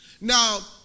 Now